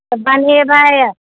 बनेबै